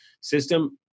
system